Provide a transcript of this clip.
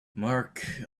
mark